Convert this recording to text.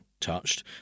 touched